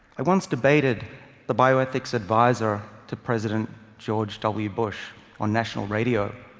i once debated the bioethics adviser to president george w bush on national radio.